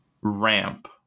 ramp